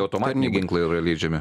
automatiniai ginklai yra leidžiami